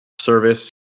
service